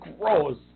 gross